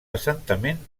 assentament